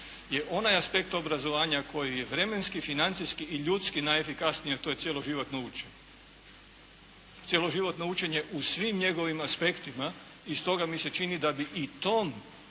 je onaj aspekt obrazovanja koji je vremenski i financijski i ljudski najefikasniji, a to je cjeloživotno učenje. Cjeloživotno učenje u svim njegovim aspektima i stoga mi se čini i da bi i tom aspektu